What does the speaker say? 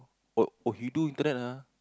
oh oh he do internet ah